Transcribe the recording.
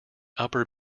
upper